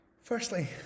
Firstly